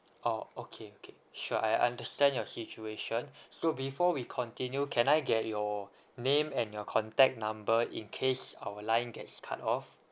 oh okay okay sure I understand your situation so before we continue can I get your name and your contact number in case our line gets cut off